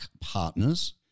Partners